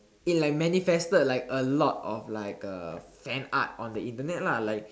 it like manifested like a lot of like a fan art on the Internet lah like